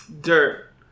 Dirt